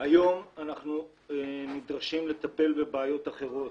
היום אנחנו נדרשים לטפל בבעיות אחרות.